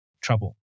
trouble